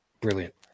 Brilliant